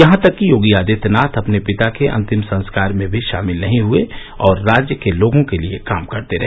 यहां तक कि योगी आदित्यनाथ अपने पिता के अंतिम संस्कार में भी शामिल नहीं हए और राज्य के लोगों के लिए काम करते रहे